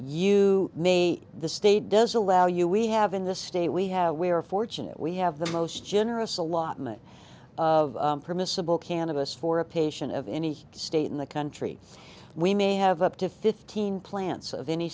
you may the state does allow you we have in this state we have we are fortunate we have the most generous allotment of permissible cannabis for a patient of any state in the country we may have up to fifteen plants of any